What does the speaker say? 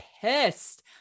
pissed